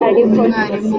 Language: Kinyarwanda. umwarimu